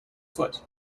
foot